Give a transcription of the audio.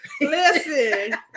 listen